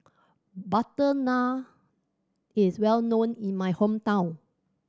butter naan is well known in my hometown